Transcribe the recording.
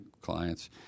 clients